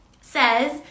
says